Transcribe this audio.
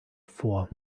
vor